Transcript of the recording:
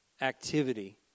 activity